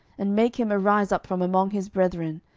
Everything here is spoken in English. and make him arise up from among his brethren,